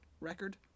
record